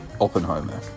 Oppenheimer